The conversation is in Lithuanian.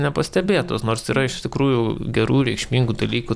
nepastebėtos nors yra iš tikrųjų gerų reikšmingų dalykų